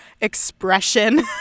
expression